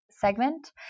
segment